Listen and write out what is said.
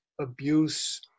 abuse